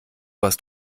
was